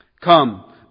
Come